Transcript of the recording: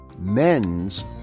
Men's